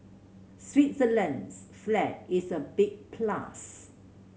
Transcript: Switzerland's flag is a big plus